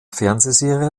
fernsehserie